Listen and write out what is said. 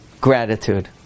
gratitude